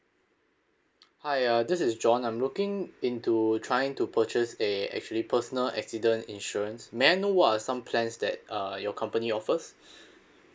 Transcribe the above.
hi uh this is john I'm looking into trying to purchase a actually personal accident insurance may I know what are some plans that uh your company offers